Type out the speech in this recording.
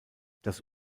das